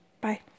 Bye